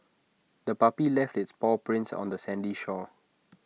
the puppy left its paw prints on the sandy shore